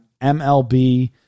MLB